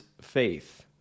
faith